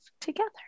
together